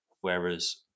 Whereas